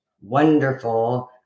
wonderful